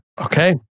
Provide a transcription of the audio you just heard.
Okay